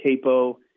capo